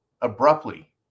Abruptly